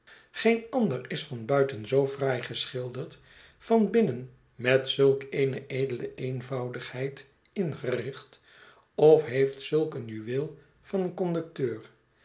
geen ander is van buiten zoo fraai geschilderd van binnen met zulk eene edele eenvoudigheid ingericht of heeft zulk een juweel van een conducteur